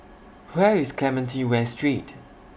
Where IS Clementi West Street